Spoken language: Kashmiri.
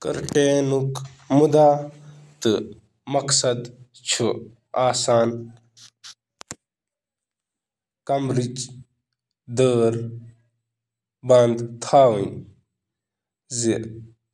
پردُک مقصد چُھ ڈایَر بنٛد کرُن تہٕ آفتابٕچ